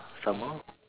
some more